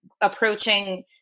approaching